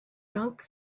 dunk